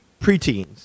preteens